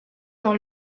par